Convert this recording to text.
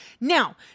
Now